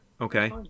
Okay